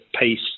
pace